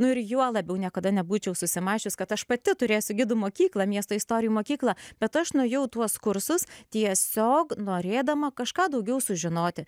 nu ir juo labiau niekada nebūčiau susimąsčius kad aš pati turėsiu gidų mokyklą miesto istorijų mokyklą bet aš nuėjau į tuos kursus tiesiog norėdama kažką daugiau sužinoti